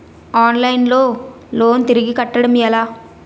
Online లో loan తిరిగి కట్టడం ఎలా?